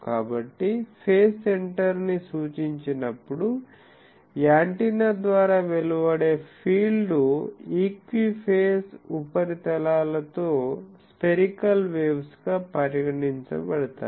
కాబట్టి ఫేజ్ సెంటర్న్ని సూచించినప్పుడు యాంటెన్నా ద్వారా వెలువడే ఫీల్డ్ లు ఈక్విఫేస్ ఉపరితలాలతో స్పెరికల్ వేవ్స్ గా పరిగణించబడతాయి